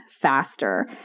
faster